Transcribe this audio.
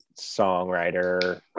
songwriter